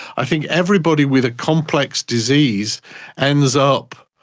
i think everybody with a complex disease ends up,